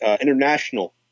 international